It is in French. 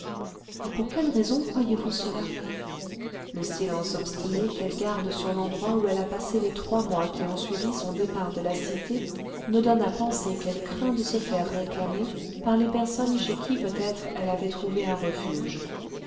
et pour quelle raison croyez-vous cela le silence obstiné qu'elle garde sur l'endroit où elle a passé les trois mois qui ont suivi son départ de la cité me donne à penser qu'elle craint de se faire réclamer par les personnes chez qui peut-être elle avait trouvé un refuge